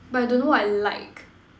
but I don't know what I like